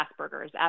Asperger's